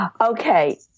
Okay